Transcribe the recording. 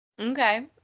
Okay